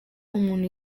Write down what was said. umuntu